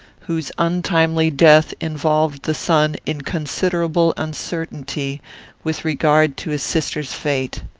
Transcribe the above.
whose untimely death involved the son in considerable uncertainty with regard to his sister's fate.